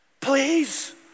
Please